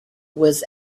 was